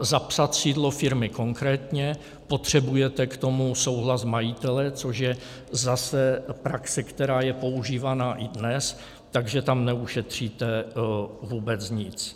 zapsat sídlo firmy konkrétně, potřebujete k tomu souhlas majitele, což je zase praxe, která je používána i dnes, takže tam neušetříte vůbec nic.